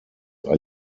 are